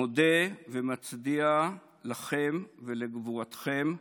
מודה ומצדיע לכם ולגבורתכם,